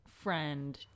friend